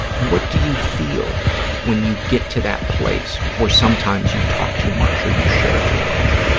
what do you feel when you get to that place where sometimes you talk too much or you share too much?